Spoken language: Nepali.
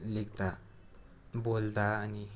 लेख्दा बोल्दा अनि